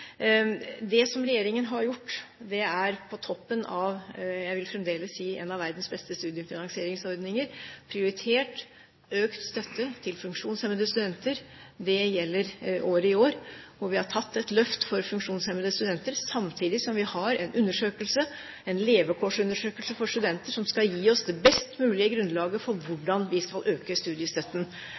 Det regjeringen har gjort, på toppen av det jeg fremdeles vil si er en av verdens beste studiefinansieringsordninger, er å prioritere økt støtte til funksjonshemmede studenter. Det gjelder året i år. Vi har tatt et løft for funksjonshemmede studenter, samtidig som vi har en levekårsundersøkelse for studenter som skal gi oss det best mulige grunnlaget for hvordan vi skal øke studiestøtten.